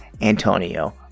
Antonio